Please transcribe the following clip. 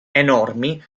enormi